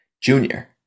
junior